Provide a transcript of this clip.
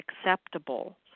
acceptable